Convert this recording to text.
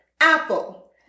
Apple